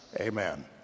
amen